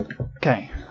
Okay